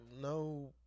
no